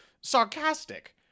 sarcastic